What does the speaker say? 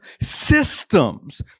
systems